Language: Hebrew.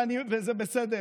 וזה בסדר,